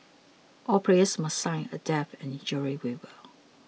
all players must sign a death and injury waiver